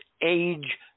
age